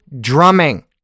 drumming